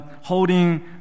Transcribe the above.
holding